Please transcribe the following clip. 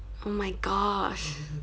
oh my gosh